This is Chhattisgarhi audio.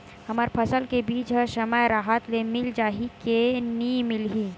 हमर फसल के बीज ह समय राहत ले मिल जाही के नी मिलही?